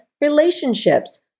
relationships